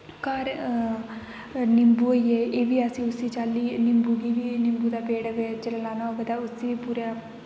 घर निम्बू होई गे एह् बी उस उस्सै चाल्ली निम्बू गी बी निम्बू दा पेड़ बिच्च लाना होग तां उसी बी पूरा